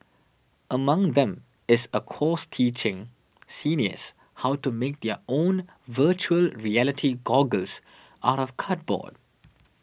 among them is a course teaching seniors how to make their own Virtual Reality goggles out of cardboard